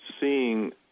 seeing